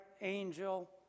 angel